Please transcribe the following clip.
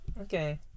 Okay